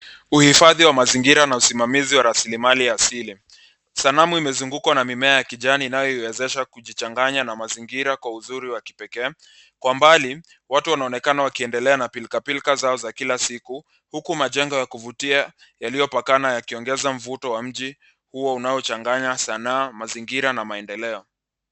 Uhifadhi wa mazingira na usimamizi wa rasilimali asili. Sanamu imezungukwa na mimea ya kijani inayoiwezesha kujichanganya na mazingira kwa uzuri wa pekee. kwa mbali watu wanaonekana wakiendelea na pilikapilika zao za kila siku, huku majengo ya kuvutia yaliyopakana yakiongeza mvuto wa nchi huo unaochanganya sanaa, mazingira na maendeleo.